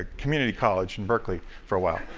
ah community college, in berkeley, for a while.